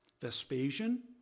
Vespasian